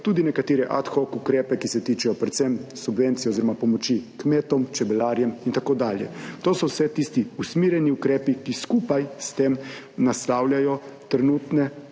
tudi nekatere ad hoc ukrepe, ki se tičejo predvsem subvencij oziroma pomoči kmetom, čebelarjem in tako dalje. To so vse tisti usmerjeni ukrepi, ki skupaj s tem naslavljajo trenutne,